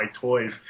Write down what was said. toys